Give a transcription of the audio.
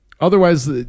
Otherwise